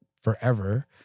forever